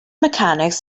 mechanics